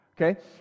okay